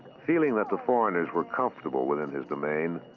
feeling that the foreigners were comfortable within his domain,